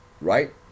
right